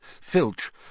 Filch